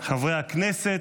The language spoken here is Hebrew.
חברי הכנסת,